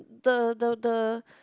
the the the